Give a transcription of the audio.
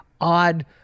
odd